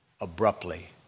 abruptly